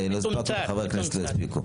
חבר הכנסת טיבי,